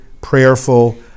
prayerful